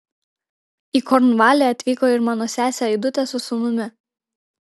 į kornvalį atvyko ir mano sesė aidutė su sūnumi